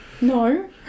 no